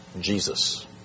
Jesus